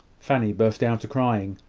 fanny burst out a-crying,